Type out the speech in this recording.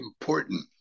important